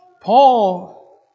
Paul